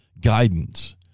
guidance